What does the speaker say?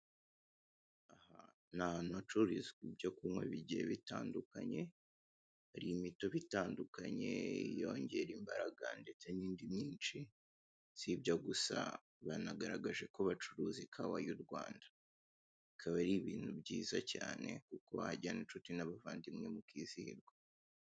Ahantu hacururizwa ibyo kunywa bigiye bitandukanye. Hari imitobe itandukanye yongera imbaraga ndetse n'ibindi byinshi. Si ibyo gusa, banagaragaje ko bacuruza ikawa y'u Rwanda. Akaba ari ibintu byiza cyane kuko wahajyana inshuti n'abavandimwe mukizihirwa.